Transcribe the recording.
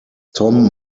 tom